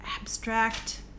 abstract